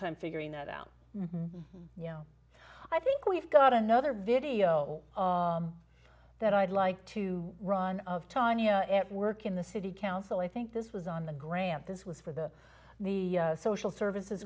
time figuring that out you know i think we've got another video that i'd like to run of tanya at work in the city council i think this was on the grant this was for the the social services